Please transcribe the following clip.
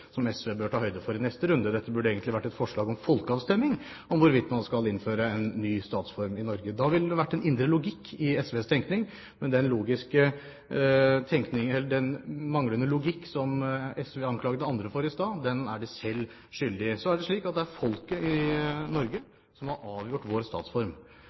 som SV bør ta høyde for i neste runde. Dette burde egentlig vært et forslag om folkeavstemning, om hvorvidt man skal innføre en ny statsform i Norge. Da ville det vært en indre logikk i SVs tenkning. Men den manglende logikk som SV anklaget andre for i stad, den er de selv skyldige i. Så er det slik at det er folket i Norge som har avgjort vår statsform.